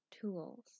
tools